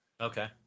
Okay